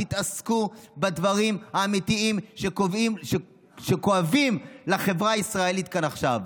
תתעסקו בדברים האמיתיים שכואבים לחברה הישראלית כאן ועכשיו,